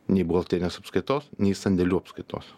nei buhalterinės apskaitos nei sandėlių apskaitos